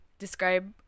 describe